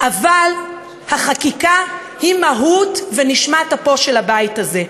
אבל החקיקה היא מהותו ונשמת אפו של הבית הזה,